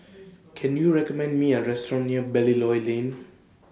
Can YOU recommend Me A Restaurant near Belilios Lane